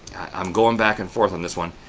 i'm going back and forth on this one.